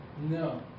No